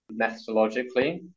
methodologically